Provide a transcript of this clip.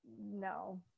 no